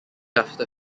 after